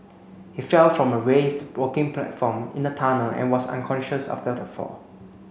he fell from a raised working platform in the tunnel and was unconscious after the fall